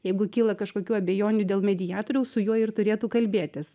jeigu kyla kažkokių abejonių dėl mediatoriaus su juo ir turėtų kalbėtis